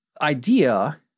idea